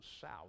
south